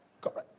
Correct